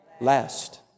Last